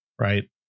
Right